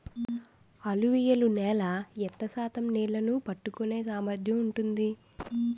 అలువియలు నేల ఎంత శాతం నీళ్ళని పట్టుకొనే సామర్థ్యం ఉంటుంది?